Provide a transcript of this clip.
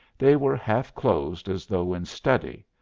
they were half closed as though in study,